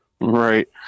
Right